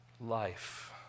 life